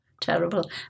terrible